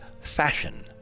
fashion